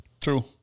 True